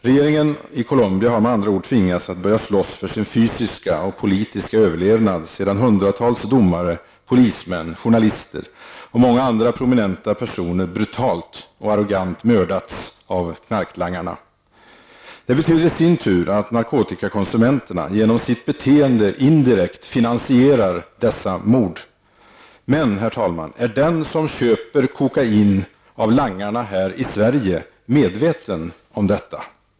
Regeringen i Colombia har med andra ord tvingats att börja slåss för sin fysiska och politiska överlevnad sedan hundratals domare, polismän, journalister och många andra prominenta personer brutalt och arrogant mördats av knarlangarna. Det betyder i sin tur att narkotikakonsumenterna genom sitt beteende indirekt finansierar dessa mord. Men, herr talman, är den som köper kokain av langarna här i Sverige medveten om detta?